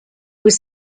was